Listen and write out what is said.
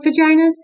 vaginas